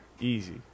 Easy